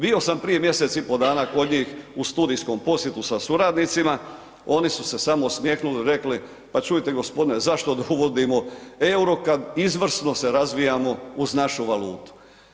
Bio sam prije mjesec i pol dana kod njih u studijskom posjetu sa suradnicima, oni su se samo osmjehnuli i rekli pa čujte gospodine, zašto da uvodimo euro kad izvrsno se razvijamo uz našu valutu.